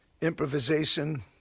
improvisation